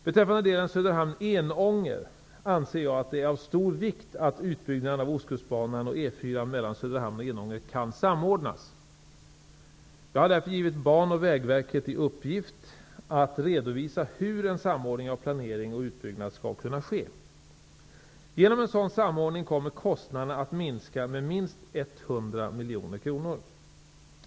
Beträffande delen Söderhamn--Enånger anser jag att det är av stor vikt att utbyggnaden av Enånger kan samordnas. Jag har därför givit Banoch Vägverken i uppgift att redovisa hur en samordning av planering och utbyggnad skall kunna ske. Genom en sådan samordning kommer kostnaderna att minska med minst 100 miljoner kronor.